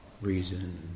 reason